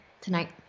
tonight